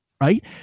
right